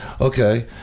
okay